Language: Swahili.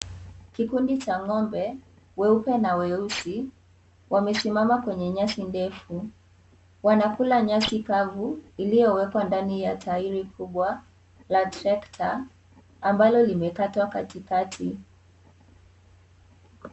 Kikundi cha ng'ombe, weupe na weusi, wamesimama kwenye nyasi ndefu. Wanakula nyasi kavu, iliyowekwa ndani ya tairi kubwa, la trekta, ambalo limekatwa katikati.